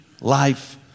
life